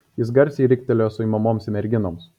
jis garsiai riktelėjo suimamoms merginoms